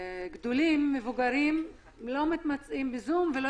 אנשים מבוגרים לא מתמצאים בזום והרבה